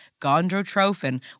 gondrotrophin